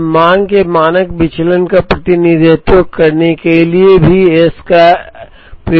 हम मांग के मानक विचलन का प्रतिनिधित्व करने के लिए भी एस का उपयोग कर सकते हैं